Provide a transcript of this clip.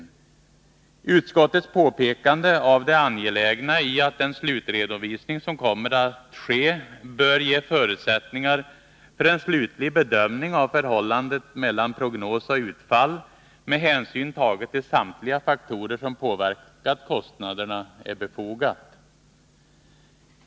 Det är befogat när utskottet påpekar att det är angeläget att den redovisning som kommer att ske bör ge förutsättningar för en slutlig bedömning av förhållandet mellan prognos och utfall, med hänsyn tagen till samtliga faktorer som påverkat kostnaderna.